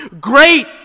Great